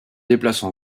déplacent